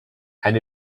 and